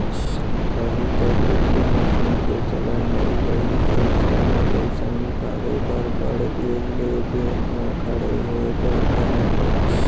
पहिली जब ATM machine के चलन नइ रहिस अइसन म पइसा निकाले बर बड़ बेर ले बेंक म खड़े होय बर परय